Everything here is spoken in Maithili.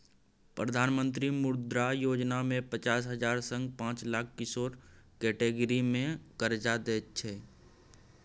प्रधानमंत्री मुद्रा योजना मे पचास हजार सँ पाँच लाख किशोर कैटेगरी मे करजा दैत छै